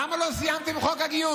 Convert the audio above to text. למה לא סיימתם עם חוק הגיוס?